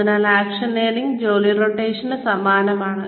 അതിനാൽ action learning ജോലി റൊട്ടേഷന് സമാനമാണ്